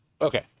Okay